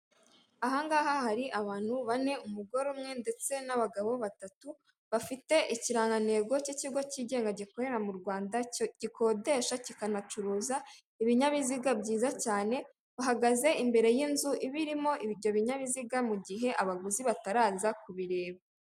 Aha ngaha hari abantu bane umugore umwe ndetse n'abagabo batatu, bafite ikirangantego cy'ikigo cyigenga gikorera mu Rwanda gikodesha kikanacuruza ibinyabiziga byiza cyane, bahagaze imbere y'inzu birimo ibyo binyabiziga mu gihe abaguzi bataraza kubireba.